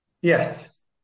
Yes